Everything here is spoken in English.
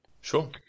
Sure